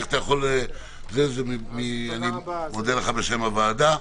מודה לך בשם הוועדה.